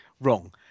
wrong